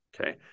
okay